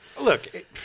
Look